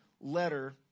letter